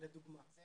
זה